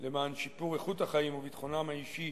למען שיפור איכות החיים וביטחונם האישי